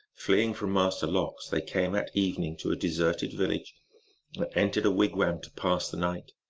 fleeing from master lox, they came at evening to a deserted village, and entered a wigwam to pass the night.